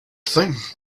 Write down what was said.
thing